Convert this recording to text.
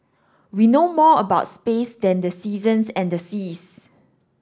we know more about space than the seasons and the seas